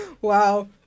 Wow